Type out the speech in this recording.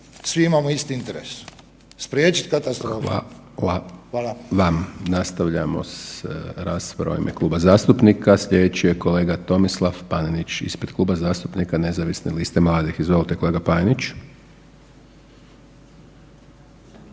**Hajdaš Dončić, Siniša (SDP)** Hvala vam. Nastavljamo s raspravom u ime kluba zastupnika, slijedeći je kolega Tomislav Panenić ispred Kluba zastupnika nezavisne liste mladih, izvolite kolega Panenić.